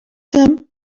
him